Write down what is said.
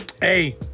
Hey